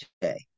today